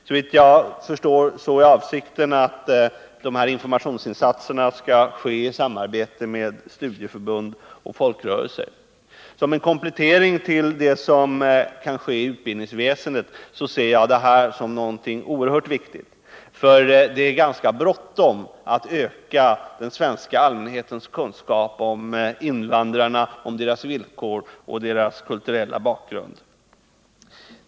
Såvitt jag förstår är avsikten att dessa informationsinsatser skall göras i samarbete med studieförbund och folkrörelser. Som en komplettering till vad som kan ske i utbildningsväsendet ser jag detta som något oerhört viktigt. Det är ganska bråttom att öka den svenska allmänhetens kunskap om invandrarna, deras villkor och deras kulturella bakgrund.